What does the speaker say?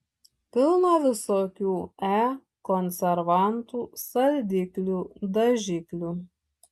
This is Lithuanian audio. pilna visokių e konservantų saldiklių dažiklių